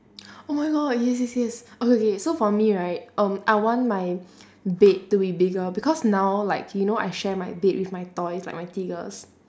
oh my god yes yes yes okay okay so for me right um I want my bed to be bigger because now like you know I share my bed with my toys like my tiggers